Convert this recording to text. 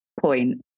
point